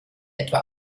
etwa